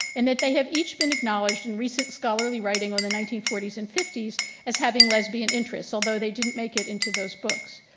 in that they have each been acknowledged in recent scholarly writing on the nineteen forty s and fifty s as having lesbian interests. although they didn't make it into those books.